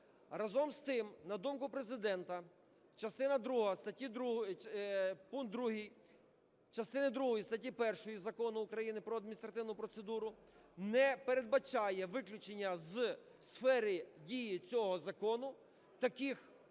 Разом з тим, на думку Президента, пункт 2 частини другої статті 1 Закону України "Про адміністративну процедуру" не передбачає виключення з сфери дії цього закону таких важливих